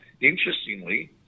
interestingly